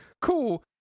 cool